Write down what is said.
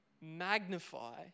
magnify